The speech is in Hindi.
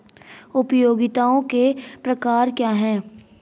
उपयोगिताओं के प्रकार क्या हैं?